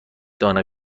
دانه